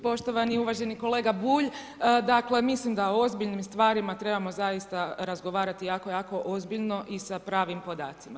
Poštovani i uvaženi kolega Bulj, dakle, mislim da ozbiljnim stvarima trebamo zaista razgovarati jako, jako ozbiljno i sa pravim podacima.